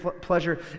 pleasure